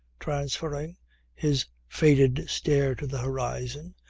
transferring his faded stare to the horizon,